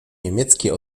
niemieckie